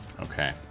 okay